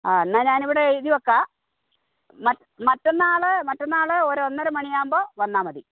ആ എന്നാൽ ഞാനിവിടെ എഴുതി വെക്കാം മറ്റന്നാൾ മറ്റന്നാൾ ഒരു ഒന്നര മണിയാവുമ്പോൾ വന്നാൽ മതി